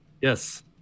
Yes